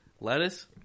Lettuce